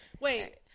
Wait